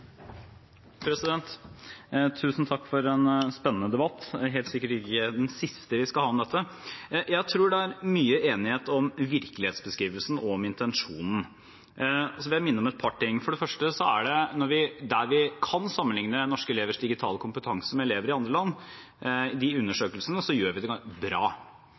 Tusen takk for en spennende debatt. Det er helt sikkert ikke den siste vi skal ha om dette. Jeg tror det er mye enighet om virkelighetsbeskrivelsen og om intensjonen. Så vil jeg minne om et par ting. For det første: I de undersøkelsene der vi kan sammenligne norske elevers digitale kompetanse med den til elever i andre land, gjør vi det bra. Dette er et av de